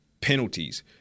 Penalties